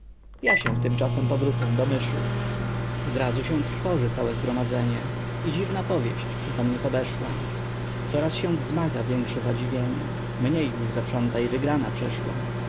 ja się tymczasem powrócę do myszy zrazu się trowoży całe zgromadzenie i dziwna powieść przytomnych obeszła coraz się wzmaga większe zadziwienie mniej już zaprząta i wygrana przeszła